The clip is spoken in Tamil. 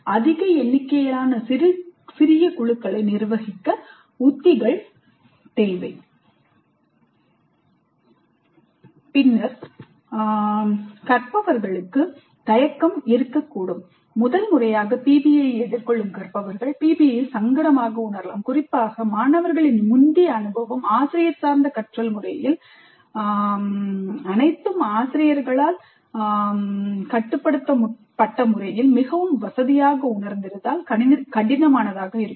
அதிக எண்ணிக்கையிலான சிறிய குழுக்களை நிர்வகிக்க உத்திகள் தேவை பின்னர் கற்பவர்களுக்கு தயக்கம் இருக்கக்கூடும் முதல் முறையாக PBIஐ எதிர்கொள்ளும் கற்பவர்கள் PBIஐ சங்கடமாக உணரலாம் குறிப்பாக மாணவர்களின் முந்தைய அனுபவம் ஆசிரியர் சார்ந்த கற்றல் முறையில் அனைத்தும் ஆசிரியரால் கட்டுப்படுத்தப்பட்ட முறையில் மிகவும் வசதியாக உணர்ந்திருந்தால் கடினமானதாக இருக்கும்